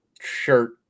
shirt